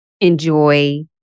enjoy